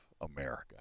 America